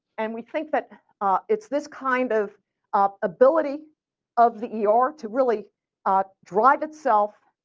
and we think that it's this kind of of ability of the ah er to really ah drive itself